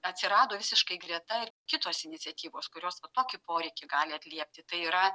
atsirado visiškai greta ir kitos iniciatyvos kurios tokį poreikį gali atliepti tai yra